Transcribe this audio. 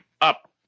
Up